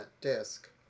disk